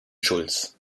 schulz